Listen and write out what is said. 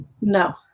No